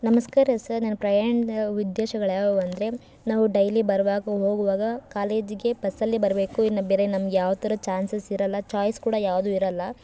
ನಮಸ್ಕಾರ ಸರ್ ನನ್ನ ಪ್ರಯಾಣದ ಉದ್ದೇಶಗಳು ಯಾವುವು ಅಂದರೆ ನಾವು ಡೈಲಿ ಬರುವಾಗ ಹೋಗುವಾಗ ಕಾಲೇಜಿಗೆ ಬಸ್ಸಲ್ಲೇ ಬರಬೇಕು ಇನ್ನು ಬೇರೆ ನಮ್ಗೆ ಯಾವ ಥರ ಚಾನ್ಸಸ್ ಇರೋಲ್ಲ ಚಾಯ್ಸ್ ಕೂಡ ಯಾವುದು ಇರೋಲ್ಲ